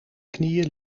knieën